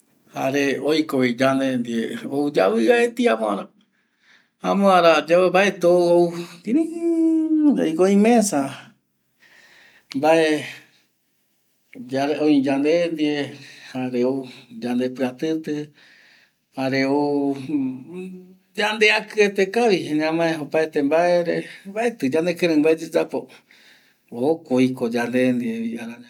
Jare oikovi yande ndie ou yavɨaetei amora mbaetɨ ou kïriiii yaiko oimesa mbae öi yande ndie jare ou yandepɨatɨtɨ jare ou yandeakɨ ete kavi ñamae opaete mbaere mbaetɨ ñanekïreɨ mbae yayapo jokua oikovi yande ndie arañavo